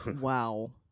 Wow